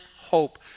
hope